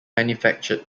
manufactured